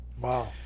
Wow